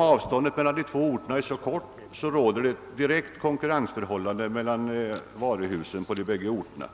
Avståndet mellan de båda kommunerna är så kort, att ett direkt konkurrensförhållande råder mellan möbelvaruhusen på de båda orterna.